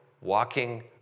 walking